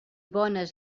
bones